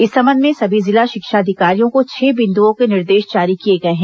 इस संबंध में सभी जिला शिक्षा अधिकारियों को छह बिंदुओं के निर्देश जारी किए गए हैं